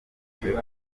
rugendo